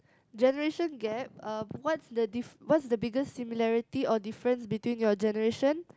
generation gap uh what's the diff~ what's the biggest similarity or difference between your generation